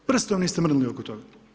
Prstom niste mrdnuli oko toga.